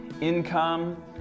income